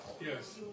Yes